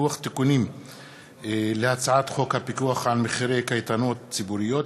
לוח תיקונים להצעת חוק הפיקוח על מחירי קייטנות ציבוריות,